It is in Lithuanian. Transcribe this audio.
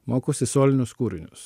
mokosi solinius kūrinius